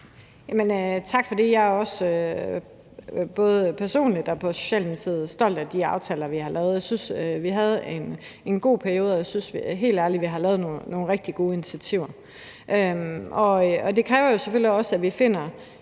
Tak for det. Jeg er også – både på mine egne og Socialdemokratiets vegne – stolt af de aftaler, vi har lavet. Jeg synes, at vi havde en god periode, og jeg synes helt ærligt, vi har lavet nogle rigtig gode initiativer. Det kræver selvfølgelig også, at vi med